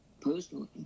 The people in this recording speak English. personally